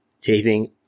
taping